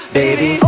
baby